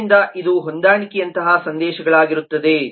ಆದ್ದರಿಂದ ಇದು ಹೊಂದಾಣಿಕೆಯಂತಹ ಸಂದೇಶಗಳಾಗಿರುತ್ತದೆ